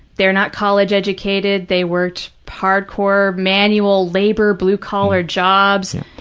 they're not college educated. they worked hard-core manual labor, blue-collar jobs.